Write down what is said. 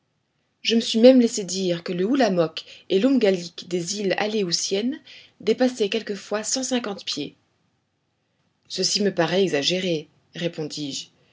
je me suis même laissé dire que le hullamock et l'umgallick des îles aléoutiennes dépassaient quelquefois cent cinquante pieds ceci me paraît exagéré